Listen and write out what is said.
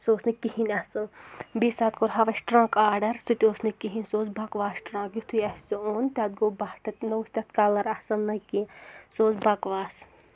سُہ اوس نہٕ کِہیٖنۍ اَصٕل بیٚیہِ ساتہٕ کوٚر ہاو اَسہِ ٹٕرَنٛک آرڈَر سُہ تہِ اوس نہٕ کِہیٖنۍ سُہ اوس بَکواس ٹٕرَنٛک یُتھُے اَسہِ سُہ اوٚن تَتھ گوٚو بَٹھ نہ اوس تَتھ کَلَر اَصٕل نہ کینٛہہ سُہ اوس بَکواس